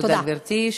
תודה, גברתי.